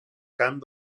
camp